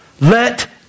Let